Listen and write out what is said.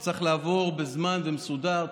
הוא צריך לעבור בזמן ומסודר,